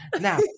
Now